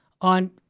on